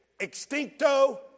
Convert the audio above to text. Extincto